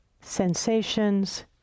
sensations